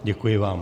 Děkuji vám.